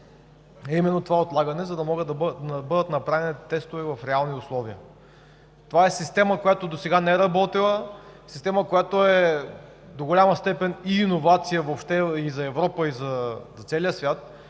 именно това отлагане, за да могат да бъдат направени тестове в реални условия. Това е система, която досега не е работила, система, която е до голяма степен иновация въобще за Европа и за целия свят,